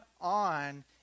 on